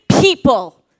people